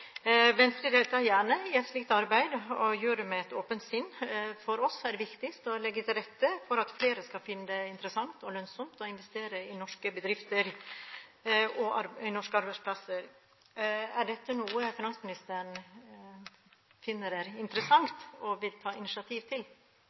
Venstre deltar gjerne i et slikt arbeid og gjør det med et åpent sinn. For oss er det viktigst å legge til rette for at flere skal finne det interessant og lønnsomt å investere i norske bedrifter og arbeidsplasser. Er dette noe finansministeren finner